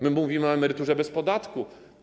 My mówimy o emeryturze bez podatku.